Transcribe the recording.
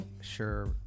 Sure